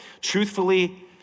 truthfully